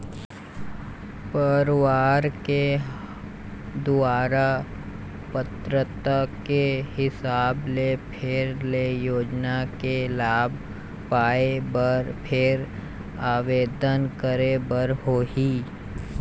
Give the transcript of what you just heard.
परवार के दुवारा पात्रता के हिसाब ले फेर ले योजना के लाभ पाए बर फेर आबेदन करे बर होही